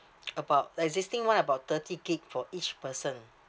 about existing one about thirty gig for each person